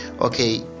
okay